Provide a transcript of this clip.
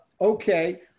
Okay